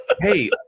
hey